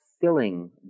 filling